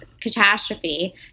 Catastrophe